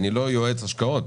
אני לא יועץ השקעות,